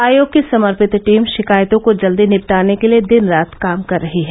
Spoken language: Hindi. आयोग की समर्पित टीम शिकायतों को जल्दी निबटाने के लिए दिन रात काम कर रही है